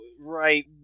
right